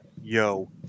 Yo